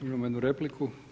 Imamo jednu repliku.